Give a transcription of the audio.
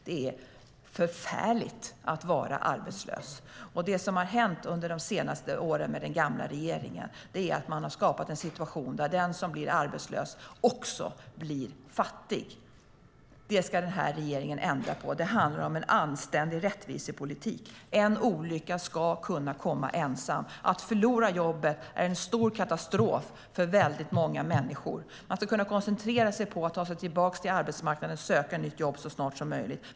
Det är förfärligt att vara arbetslös. Under de senaste åren, med den gamla regeringen, har det skapats en situation där den som blir arbetslös också blir fattig. Det ska den här regeringen ändra på. Det handlar om en anständig rättvisepolitik. En olycka ska kunna komma ensam. Att förlora jobbet är en stor katastrof för väldigt många människor. Man ska kunna koncentrera sig på att ta sig tillbaka till arbetsmarknaden, på att söka nytt jobb så snart som möjligt.